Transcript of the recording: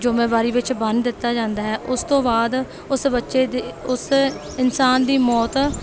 ਜ਼ਿੰਮੇਵਾਰੀ ਵਿੱਚ ਬੰਨ੍ਹ ਦਿੱਤਾ ਜਾਂਦਾ ਹੈ ਉਸ ਤੋਂ ਬਾਅਦ ਉਸ ਬੱਚੇ ਦੀ ਉਸ ਇਨਸਾਨ ਦੀ ਮੌਤ